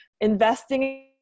investing